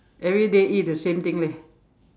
everyday eat the same thing leh